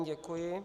Děkuji.